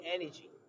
energy